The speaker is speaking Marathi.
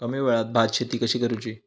कमी वेळात भात शेती कशी करुची?